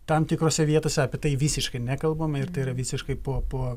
tam tikrose vietose apie tai visiškai nekalbama ir tai yra visiškai po po